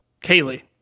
Kaylee